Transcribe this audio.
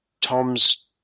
Tom's